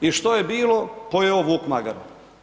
I što je bilo, pojeo vuk magare.